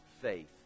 faith